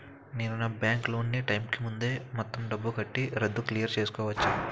నేను నా bank loan నీ టైం కీ ముందే మొత్తం డబ్బుని కట్టి రద్దు క్లియర్ చేసుకోవచ్చా?